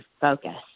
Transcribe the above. focus